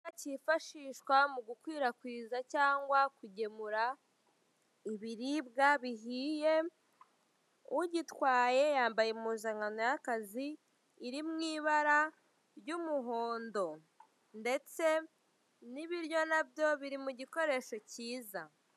Cyifashishwa mu gukwirakwiza cyangwa kugemura ibiribwa bihiye, ugitwaye yambaye impuzankano iri mu ibara ry'umuhondo, ndetse n'ibiryo na byo biri mu gikoresho cyiza.